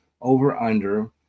over-under